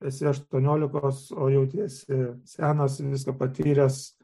esi aštuoniolikos o jautiesi senas viską patyręs